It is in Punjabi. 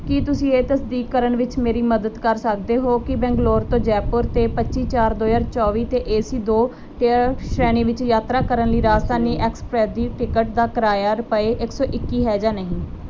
ਕੀ ਤੁਸੀਂ ਇਹ ਤਸਦੀਕ ਕਰਨ ਵਿੱਚ ਮੇਰੀ ਮਦਦ ਕਰ ਸਕਦੇ ਹੋ ਕਿ ਬੈਂਗਲੁਰ ਤੋਂ ਜੈਪੁਰ ਅਤੇ ਪੱਚੀ ਚਾਰ ਦੋ ਹਜ਼ਾਰ ਚੌਵੀ ਅਤੇ ਏ ਸੀ ਦੋ ਟੀਅਰ ਸ਼੍ਰੇਣੀ ਵਿੱਚ ਯਾਤਰਾ ਕਰਨ ਲਈ ਰਾਜਧਾਨੀ ਐਕਸਪ੍ਰੈਸ ਦੀ ਟਿਕਟ ਦਾ ਕਿਰਾਇਆ ਰੁਪਏ ਇੱਕ ਸੌ ਇੱਕੀ ਹੈ ਜਾਂ ਨਹੀਂ